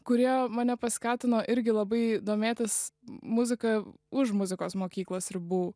kurie mane paskatino irgi labai domėtis muzika už muzikos mokyklos ribų